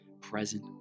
present